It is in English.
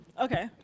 Okay